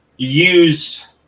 use